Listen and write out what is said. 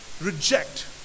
Reject